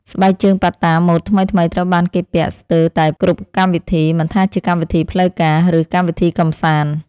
ស្បែកជើងប៉ាតាម៉ូដថ្មីៗត្រូវបានគេពាក់ស្ទើរតែគ្រប់កម្មវិធីមិនថាជាកម្មវិធីផ្លូវការ ឬកម្មវិធីកម្សាន្ត។